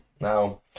Now